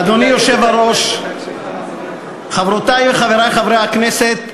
אדוני היושב-ראש, חברותי וחברי חברי הכנסת,